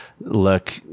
look